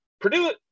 Purdue